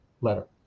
letter